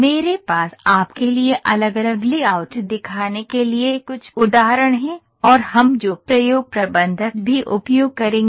मेरे पास आपके लिए अलग अलग लेआउट दिखाने के लिए कुछ उदाहरण हैं और हम जो प्रयोग प्रबंधक भी उपयोग करेंगे